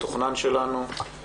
הישיבה ננעלה בשעה 09:40.